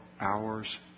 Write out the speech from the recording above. hours